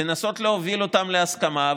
לנסות להוביל אותם להסכמה,